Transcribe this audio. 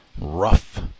rough